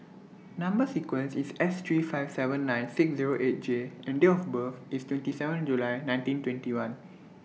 Number sequence IS S three five seven nine six Zero eight J and Date of birth IS twenty seven July nineteen twenty one